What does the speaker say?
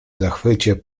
zachwycie